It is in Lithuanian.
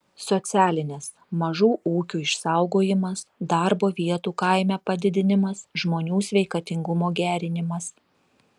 socialinės mažų ūkių išsaugojimas darbo vietų kaime padidinimas žmonių sveikatingumo gerinimas